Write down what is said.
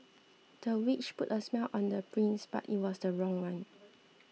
the witch put a spell on the prince but it was the wrong one